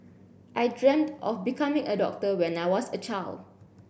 I dreamt of becoming a doctor when I was a child